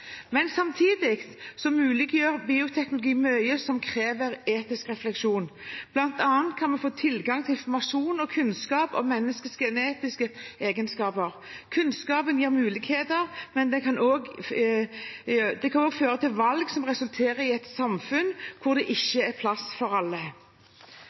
men samtidig muliggjør bioteknologi mye som krever etisk refleksjon. Blant annet kan vi få tilgang til informasjon og kunnskap om menneskets genetiske egenskaper. Kunnskapen gir muligheter, men den kan også føre til valg som resulterer i et samfunn hvor det